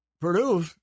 Purdue